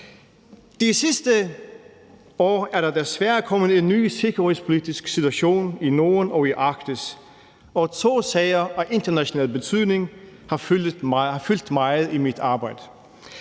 Det sidste år er der desværre kommet en ny sikkerhedspolitisk situation i Norden og i Arktis, og to sager af international betydning har fyldt meget i mit arbejde: